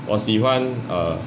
我喜欢 err